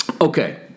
Okay